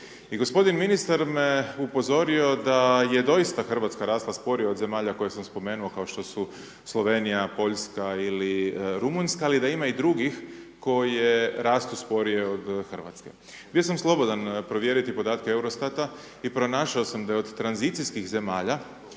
I gospodin ministar me upozorio da je doista Hrvatska rasla sporije od zemalja koje sam spomenuo, kao što su Slovenija, Poljska ili Rumunjska, ali da ima i drugih koje rastu sporije od Hrvatske. Bio sam slobodan provjeriti podatke EUROSTAT-a i pronašao sam da je od tranzicijskih zemalja,